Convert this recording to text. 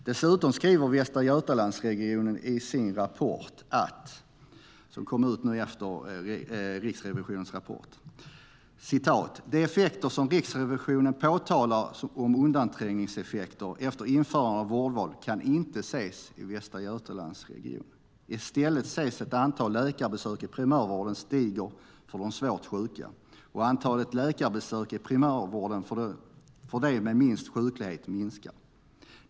Dessutom skriver Västra Götalandsregionen i sin rapport, som kom ut efter Riksrevisionens rapport: "De effekter som riksrevisionen påtalar om undanträngningseffekter efter införandet av vårdval kan inte ses i VGR. Istället ses att antalet läkarbesök i primärvård stiger för de svårast sjuka och att antalet läkarbesök i primärvård för de med minst sjuklighet minskar.